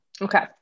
Okay